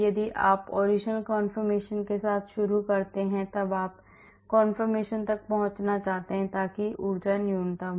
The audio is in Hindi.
जब आप original confirmation के साथ शुरू करते हैं और तब आप confirmation तक पहुंचना चाहते हैं ताकि ऊर्जा न्यूनतम हो